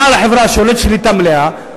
בעל החברה שולט שליטה מלאה,